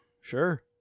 Sure